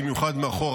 במיוחד מאחור,